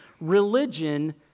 religion